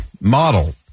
model